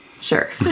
Sure